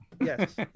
Yes